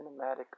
cinematic